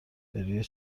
بروی